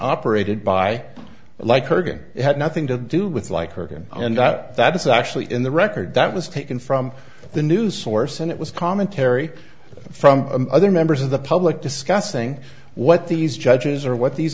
operated by lycurgus it had nothing to do with like her and that that is actually in the record that was taken from the news source and it was commentary from other members of the public discussing what these judges or what these